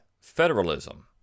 federalism